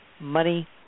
Money